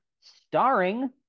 starring